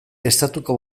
estatuko